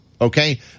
Okay